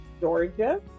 georgia